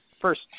first